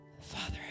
Father